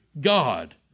God